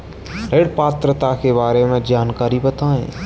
ऋण पात्रता के बारे में जानकारी बताएँ?